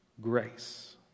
grace